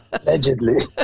Allegedly